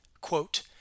Quote